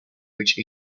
which